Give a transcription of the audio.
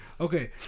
Okay